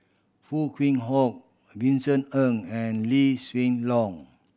Foo Kwee Horng Vincent Ng and Lee Hsien Loong